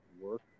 work